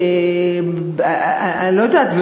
לא יודעת,